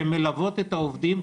שמלוות את העובדים,